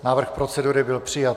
Návrh procedury byl přijat.